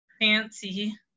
fancy